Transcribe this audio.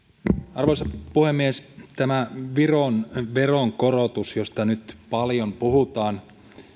arvoisa puhemies tämä viron veronkorotus josta nyt paljon puhutaan